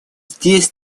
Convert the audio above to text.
здесь